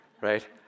right